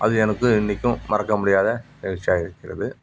அது எனக்கு இன்றைக்கும் மறக்க முடியாத நிகழ்ச்சியாக இருக்கிறது